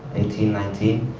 eighteen, nineteen,